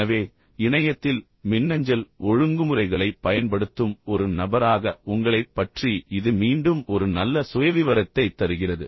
எனவே இணையத்தில் மின்னஞ்சல் ஒழுங்குமுறைகளை பயன்படுத்தும் ஒரு நபராக உங்களைப் பற்றி இது மீண்டும் ஒரு நல்ல சுயவிவரத்தைத் தருகிறது